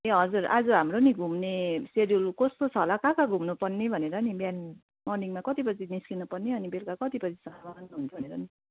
ए हजुर आज हाम्रो नि घुम्ने सेड्युल कस्तो छ होला कहाँ कहाँ घुम्नु पर्ने भनेर नि बिहान मर्निङमा कति बजी निस्किनु पर्ने अनि बेलुका कति बजी